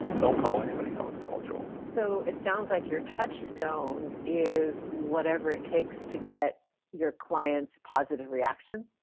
don't call anybody else. call joel. so it sounds like your touchstone is whatever it takes to get your clients positive reaction?